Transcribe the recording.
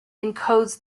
encodes